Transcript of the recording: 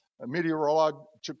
meteorological